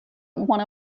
one